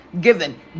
given